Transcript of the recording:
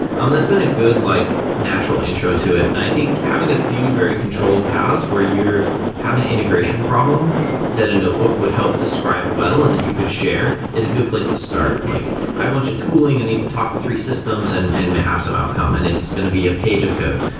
um that's been a good like natural intro to it, and i think having a few very controlled paths where you're having an integration problem that a notebook would help describe well and that you could share is a good place to start. like i've launched a tooling, i need to talk to three systems and and may have some outcome, and it's going to be a page of code.